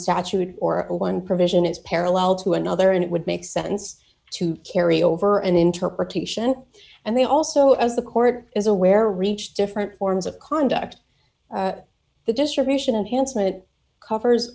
statute or one provision is parallel to another and it would make sense to carry over an interpretation and they also as the court is aware reached different forms of conduct the distribution of handsome it covers